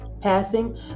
passing